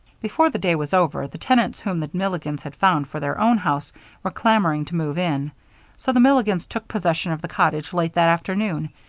before the day was over, the tenants whom the milligans had found for their own house were clamoring to move in, so the milligans took possession of the cottage late that afternoon,